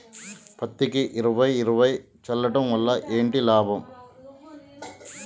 పత్తికి ఇరవై ఇరవై చల్లడం వల్ల ఏంటి లాభం?